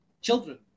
Children